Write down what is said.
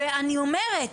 אני אומרת,